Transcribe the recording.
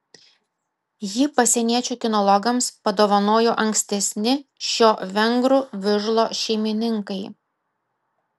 jį pasieniečių kinologams padovanojo ankstesni šio vengrų vižlo šeimininkai